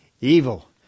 Evil